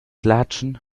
latschen